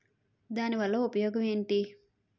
దాని వల్ల ఉపయోగం ఎంటి?